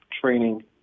training